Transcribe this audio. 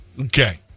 Okay